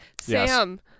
sam